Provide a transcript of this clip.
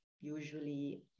usually